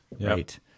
Right